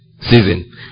season